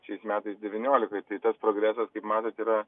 šiais metais devyniolikoj tai tas progresas kaip matot yra